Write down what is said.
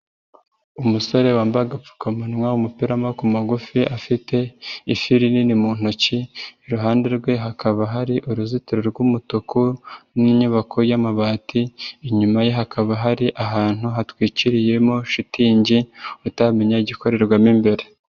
Umusore wambaga agapfukamunwa, umupira w'amaboko magufi afite ifi rinini mu ntoki, iruhande rwe hakaba hari uruzitiro rw'umutuku n'inyubako y'amabati, inyuma ye hakaba hari ahantu hatwikiriyemo shitingi utamenya igikorerwa mo imbere.